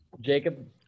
Jacob